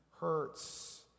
Hurts